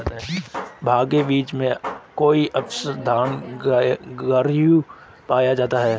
भांग बीज में कई औषधीय गुण पाए जाते हैं